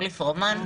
פרומן,